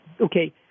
Okay